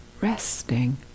resting